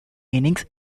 meanings